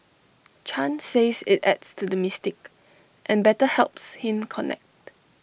chan says IT adds to the mystique and better helps him connect